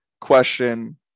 question